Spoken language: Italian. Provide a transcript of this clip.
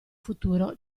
futuro